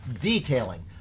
detailing